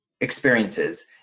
experiences